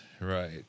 right